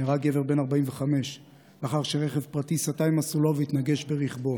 נהרג גבר בן 45 לאחר שרכב פרטי סטה ממסלולו והתנגש ברכבו,